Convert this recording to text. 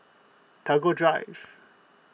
Tagore Drive